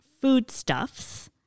foodstuffs